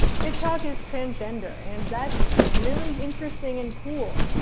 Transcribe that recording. tick tock is transgender and that's really interesting and cool,